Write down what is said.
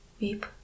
Weep